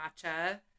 matcha